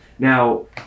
Now